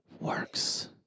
works